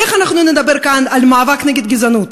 איך נדבר כאן על מאבק נגד גזענות?